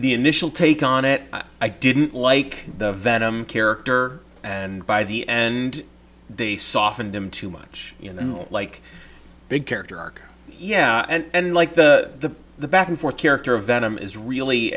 the initial take on it i didn't like the venom character and by the end they softened him too much like big character arc yeah and like the the back and forth character venom is really